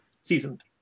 Seasoned